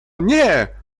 nie